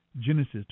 Genesis